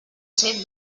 ser